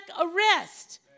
arrest